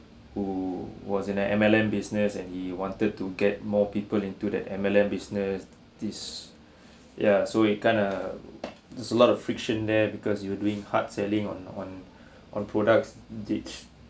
who was in M_L_M business and he wanted to get more people into that M_L_M business this ya so he kind of it's a lot of friction there because you were doing hard selling on on on products which